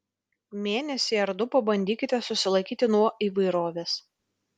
mėnesį ar du pabandykite susilaikyti nuo įvairovės